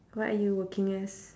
what are you working as